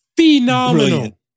Phenomenal